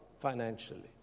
Financially